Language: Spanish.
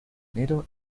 enero